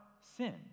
sin